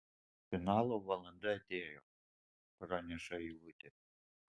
finalo valanda atėjo praneša eilutė